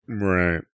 Right